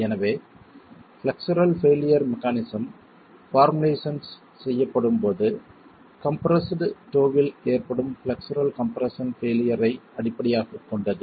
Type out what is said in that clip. எனவே flexural failure mechanism formulation செய்யப்படும்போது compressed toe will ஏற்படும் ஃப்ளெக்சுரல் கம்ப்ரெஸ்ஸன் பெய்லியர் ஐ அடிப்படையாகக் கொண்டது